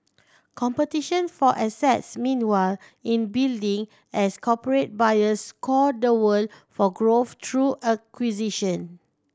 competition for assets meanwhile in building as corporate buyers scour the world for growth through acquisition